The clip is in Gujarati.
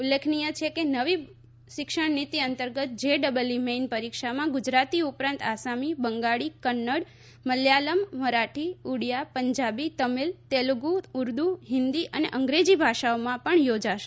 ઉલ્લેખનિય છે કે નવી શિક્ષણ નીતિ અંતર્ગત જે ડબલઈ મેઈન પરીક્ષામાં ગુજરાતી ઉપરાંત આસામી બંગાળી કન્નડ મલયાલમ મરાઠી ઉડીયા પંજાબી તમીલ તેલુગુ ઉર્દૂ હિંદી અને અંગ્રેજી ભાષાઓમાં પણ યોજાશે